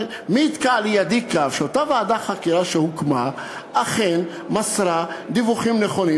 אבל מי יתקע לידי שאותה ועדת חקירה שהוקמה אכן מסרה דיווחים נכונים,